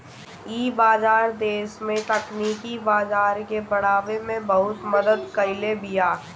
इ बाजार देस में तकनीकी बाजार के बढ़ावे में बहुते मदद कईले बिया